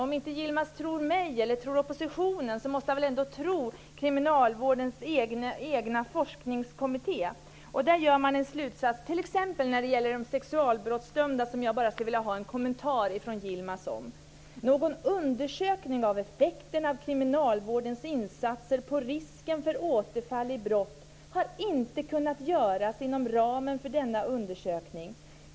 Om Yilmaz inte tror på mig eller oppositionen måste han väl ändå tro kriminalvårdens egen forskningskommitté, vars slutsats när det t.ex. gäller sexualbrottsdömda jag gärna skulle vilja ha en kommentar från Yilmaz om. Man skriver: Någon undersökning av effekterna av kriminalvårdens insatser på risken för återfall i brott har inte kunnat göras inom ramen för denna undersökning.